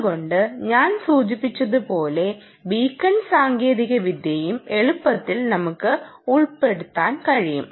അതുകൊണ്ട് ഞാൻ സൂചിപ്പിച്ചതു പോലെ ബീക്കൺ സാങ്കേതികവിദ്യയും എളുപ്പത്തിൽ നമുക്ക് ഉപയോഗപ്പെടുത്താൻ കഴിയും